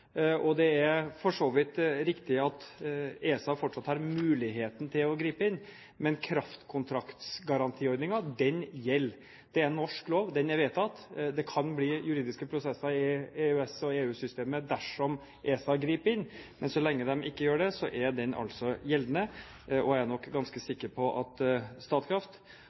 kraftkontrakter. Det er for så vidt riktig at ESA fortsatt har mulighet til å gripe inn, men kraftkontraktsgarantiordningen gjelder. Det er norsk lov, den er vedtatt. Det kan bli juridiske prosesser i EØS- og EU-systemet dersom ESA griper inn, men så lenge de ikke gjør det, er den loven gjeldende. Og jeg er nok ganske sikker på at Statkraft,